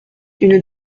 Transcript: une